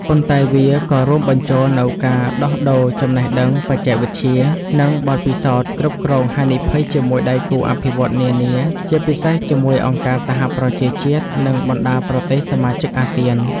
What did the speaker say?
ប៉ុន្តែវាក៏រួមបញ្ចូលនូវការដោះដូរចំណេះដឹង បច្ចេកវិទ្យា និងបទពិសោធន៍គ្រប់គ្រងហានិភ័យជាមួយដៃគូអភិវឌ្ឍន៍នានា ជាពិសេសជាមួយអង្គការសហប្រជាជាតិ និងបណ្ដាប្រទេសសមាជិកអាស៊ាន។